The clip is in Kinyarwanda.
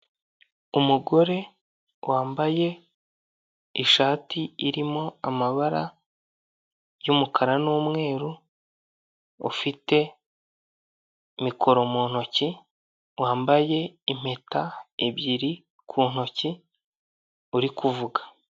Umugore wambaye ishati irimo amabara y'umukara n'umweru, ufite mikoro mu ntoki, wambaye impeta ebyiri ku ntoki uri kuvuga.